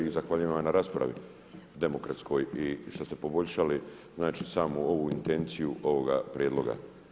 I zahvaljujem vam na raspravi demokratskoj i što ste poboljšali znači samu ovu intenciju ovoga prijedloga.